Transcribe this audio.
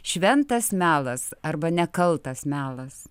šventas melas arba nekaltas melas